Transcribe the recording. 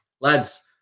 Lads